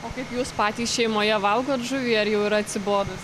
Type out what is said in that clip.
o kaip jūs patys šeimoje valgot žuvį ar jau yra atsibodus